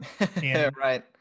Right